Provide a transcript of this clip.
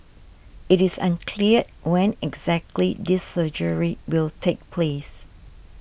it is unclear when exactly this surgery will take place